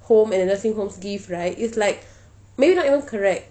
home and nursing homes give right is like maybe not even correct